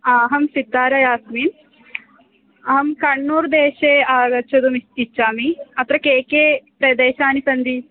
अहं सित्तारा अस्मि अहं कन्नूर्देशे आगन्तुम् इच्छामि अत्र के के प्रदेशानि सन्दति